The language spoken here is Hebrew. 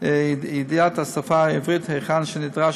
ידיעת השפה העברית היכן שנדרש,